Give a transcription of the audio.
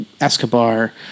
Escobar